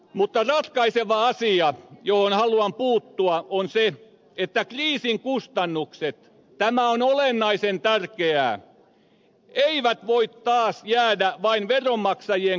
mutta ratkaiseva asia johon haluan puuttua on se että kriisin kustannukset tämä on olennaisen tärkeää eivät voi taas jäädä vain veronmaksajien kannettavaksi